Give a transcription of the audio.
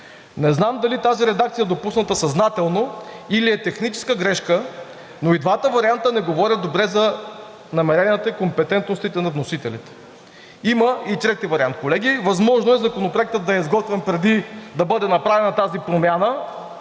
Не знам дали тази редакция е допусната съзнателно, или е техническа грешка, но и двата варианта не говорят добре за намеренията и компетентностите на вносителите. Има и трети вариант, колеги. Възможно е Законопроектът да е изготвен, преди да бъде направена тази промяна